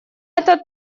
этот